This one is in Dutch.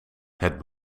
het